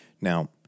Now